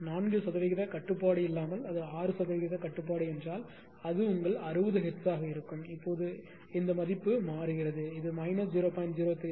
4 சதவிகித கட்டுப்பாடு இல்லாமல் அது 6 சதவிகித கட்டுப்பாடு என்றால் அது உங்கள் 60 ஹெர்ட்ஸாக இருக்கும் அப்போது இந்த மதிப்பு மாறும் இது மைனஸ் 0